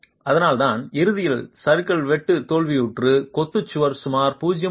அதனால்தான் இறுதி சறுக்கல் வெட்டு தோல்வியுற்ற கொத்து சுவருக்கு சுமார் 0